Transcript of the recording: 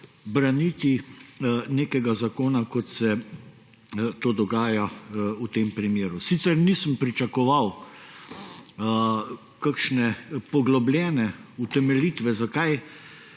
braniti nekega zakona, kot se to dogaja v tem primeru. Sicer nisem pričakoval kakšne poglobljene utemeljitve, zakaj